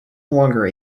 longer